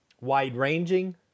wide-ranging